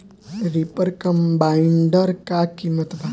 Reaper कम्बाइंडर का किमत बा?